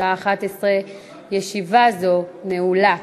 בשעה 11:00. ישיבה זו נעולה.